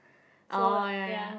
so ya